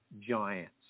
giants